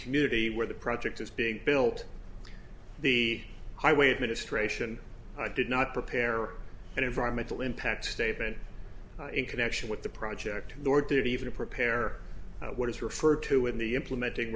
community where the project is being built the highway administration did not prepare and environmental impact statement in connection with the project nor did he even prepare what is referred to in the implementing